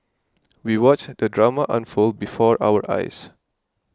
we watched the drama unfold before our eyes